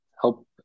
help